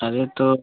अरे तो